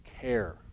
care